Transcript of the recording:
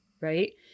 right